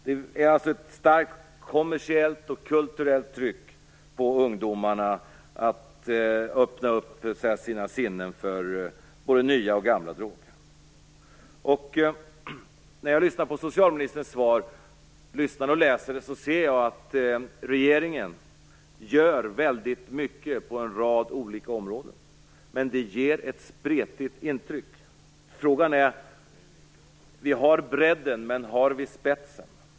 Det finns alltså ett starkt kulturellt och kommersiellt tryck på ungdomarna att så att säga öppna sina sinnen för både nya och gamla droger. När jag tar del av socialministerns svar ser jag att regeringen gör väldigt mycket på en rad olika områden. Men det ger ett spretigt intryck. Vi har bredden, men har vi spetsen?